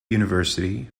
university